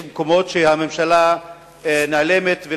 יש מקומות שהממשלה נעלמת,